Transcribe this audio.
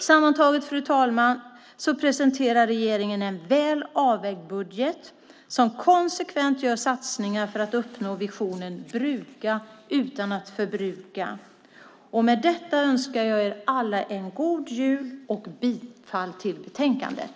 Sammantaget, fru ålderspresident, presenterar regeringen en väl avvägd budget som konsekvent gör satsningar för att uppnå visionen Bruka utan att förbruka. Med detta önskar jag er alla en god jul och yrkar bifall till betänkandet.